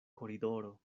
koridoro